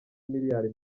miliyari